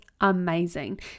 amazing